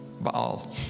Baal